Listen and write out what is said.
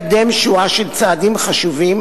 כי משרד המשפטים מקדם שורה של צעדים חשובים